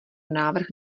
návrh